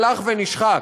הלך ונשחק.